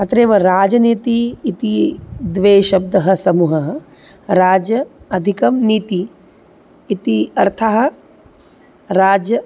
अत्रैव राजनीति इति द्वे शब्दः समूहः राज अधिकं नीतिः इति अर्थः राज